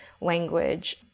language